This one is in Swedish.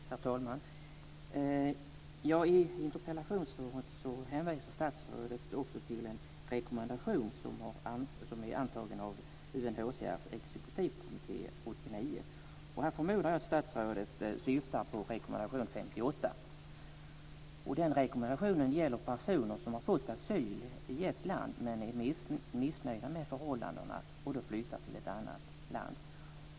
Herr talman! I interpellationssvaret hänvisar statsrådet också till en rekommendation som är antagen av UNHCR:s exekutivkommitté 1989. Jag förmodar att statsrådet syftar på rekommendation 58. Den rekommendationen gäller personer som har fått asyl i ett land men är missnöjda med förhållandena och flyttar till ett annat land.